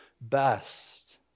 best